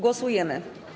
Głosujemy.